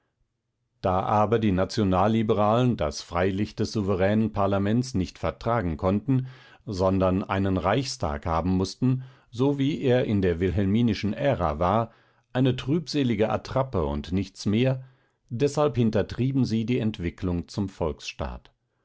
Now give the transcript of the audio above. da aber die nationalliberalen das freilicht des souveränen parlaments nicht vertragen konnten sondern einen reichstag haben mußten so wie er in der wilhelminischen ära war eine trübselige attrappe und nichts mehr deshalb hintertrieben sie die entwicklung zum volksstaat